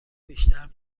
بیشتر